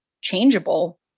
changeable